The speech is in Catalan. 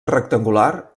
rectangular